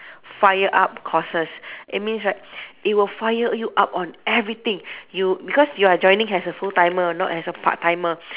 fire up courses it means right it will fire you up on everything you because you are joining as a full timer not as a part timer